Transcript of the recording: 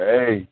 Hey